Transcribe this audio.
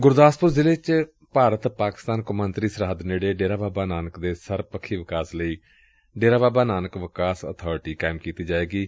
ਗੁਰਦਾਸਪੁਰ ਜ਼ਿਲ੍ਹੇ ਚ ਭਾਰਤ ਪਾਕਿਸਤਾਨ ਕੋਮਾਂਤਰੀ ਸਰਹੱਦ ਨੇੜੇ ਡੇਰਾ ਬਾਬਾ ਨਾਨਕ ਦੇ ਸਰਬ ਪੱਖੀ ਵਿਕਾਸ ਲਈ ਡੇਰਾ ਬਾਬਾ ਨਾਨਕ ਵਿਕਾਸ ਅਬਾਰਟੀ ਕਾਇਮ ਕੀਤੀ ਜਾਏਗੀ